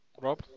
Rob